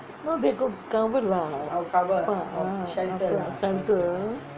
no they got cover lah ah shelter